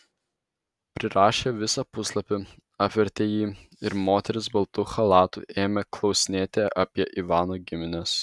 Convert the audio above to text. prirašę visą puslapį apvertė jį ir moteris baltu chalatu ėmė klausinėti apie ivano gimines